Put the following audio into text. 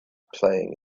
plowing